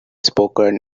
spoken